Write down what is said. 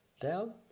down